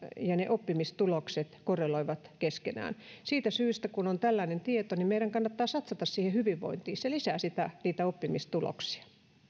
ja ne oppimistulokset korreloivat keskenään siitä syystä kun on tällainen tieto meidän kannattaa satsata siihen hyvinvointiin se lisää niitä oppimistuloksia